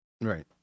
Right